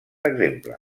exemple